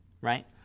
Right